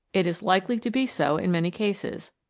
it is likely to be so in many cases,